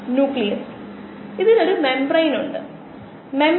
carbohydrate glucose സബ്സ്ട്രേറ്റുകളുടെ ഉത്തമ ഉദാഹരണമാണ്